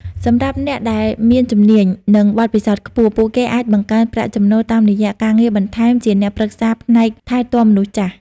សម្រាប់អ្នកដែលមានជំនាញ និងបទពិសោធន៍ខ្ពស់ ពួកគេអាចបង្កើនប្រាក់ចំណូលតាមរយៈការងារបន្ថែមជាអ្នកប្រឹក្សាផ្នែកថែទាំមនុស្សចាស់។